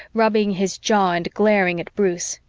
rubbing his jaw and glaring at bruce.